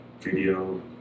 video